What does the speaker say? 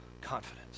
confidence